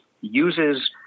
uses